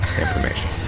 information